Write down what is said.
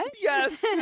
yes